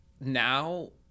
now